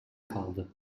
kaldı